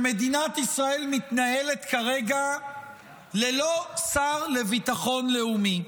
שמדינת ישראל מתנהלת כרגע ללא שר לביטחון לאומי,